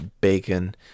bacon